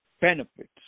benefits